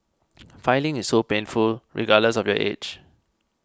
filing is so painful regardless of your age